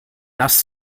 das